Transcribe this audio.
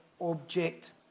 object